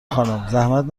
خانومزحمت